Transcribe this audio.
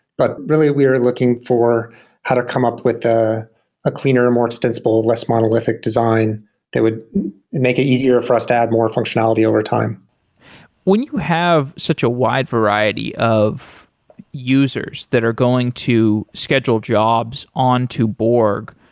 but really we were looking for how to come up with a cleaner, more extensible less monolithic design that would make it easier for us to add more functionality over time when you have such a wide variety of users that are going to schedule jobs on to borg,